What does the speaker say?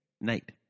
night